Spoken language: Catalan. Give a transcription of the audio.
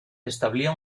establia